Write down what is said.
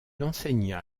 enseigna